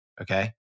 Okay